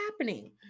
happening